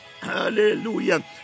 hallelujah